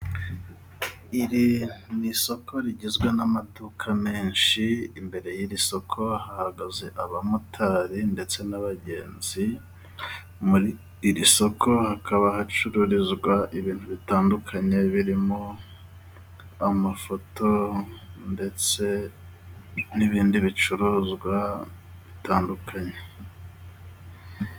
Iri ni isoko rigizwe n'amaduka menshi, imbere y'iri soko hahagaze abamotari ndetse n'abagenzi, muri iri soko hakaba hacururizwa ibintu bitandukanye birimo amafoto ndetse n'ibindi bicuruzwa bitandukanye.